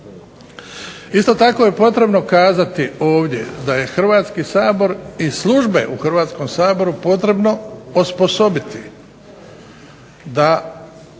Isto tako je potrebno kazati ovdje da je Hrvatski sabor i službe u Hrvatskom saboru potrebno osposobiti da